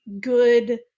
good